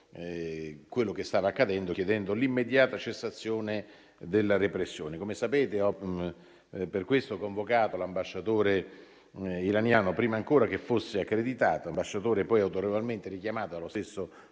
quello che stava accadendo, chiedendo l'immediata cessazione della repressione. Come sapete, ho per questo convocato l'ambasciatore iraniano prima ancora che fosse accreditato; ambasciatore poi autorevolmente richiamato dallo stesso